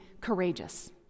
courageous